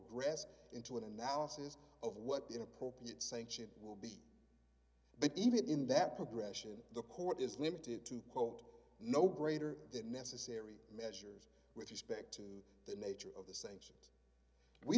progress into an analysis of what the appropriate sanction will be but even in that progression the court is limited to quote no brainer that necessary measures with respect to the nature of the sanctions we